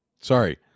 Sorry